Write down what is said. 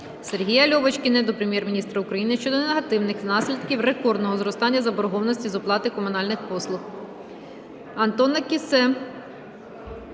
Сергія Льовочкіна до Прем'єр-міністра України щодо негативних наслідків рекордного зростання заборгованості з оплати комунальних послуг.